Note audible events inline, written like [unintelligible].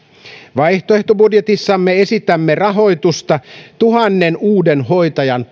vaihtoehtobudjetissamme esitämme rahoitusta tuhannen uuden hoitajan [unintelligible]